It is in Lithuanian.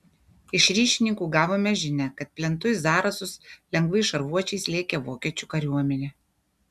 iš ryšininkų gavome žinią kad plentu į zarasus lengvais šarvuočiais lėkė vokiečių kariuomenė